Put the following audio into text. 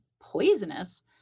poisonous